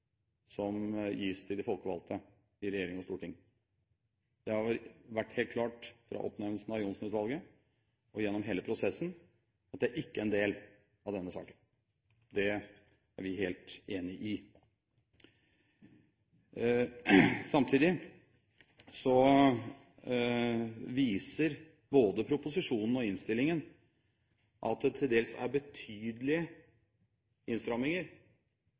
som gis til de folkevalgte i regjering og storting. Det har vært helt klart fra oppnevnelsen av Johnsen-utvalget og gjennom hele prosessen at det ikke er en del av denne saken. Det er vi helt enig i. Samtidig viser både proposisjonen og innstillingen at det til dels er betydelige innstramminger